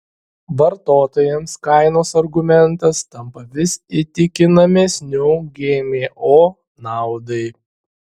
vartotojams kainos argumentas tampa vis įtikinamesniu gmo naudai